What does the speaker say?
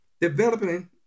Developing